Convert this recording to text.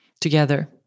together